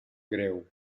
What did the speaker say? greu